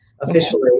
officially